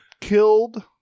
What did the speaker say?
killed